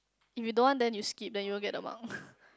if you don't want then you skip then you won't get the mark